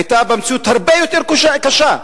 היתה מציאות הרבה יותר קשה,